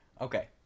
okay